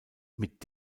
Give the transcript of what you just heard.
mit